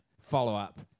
Follow-up